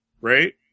right